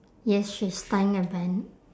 yes she's tying a bun